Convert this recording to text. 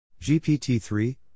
GPT-3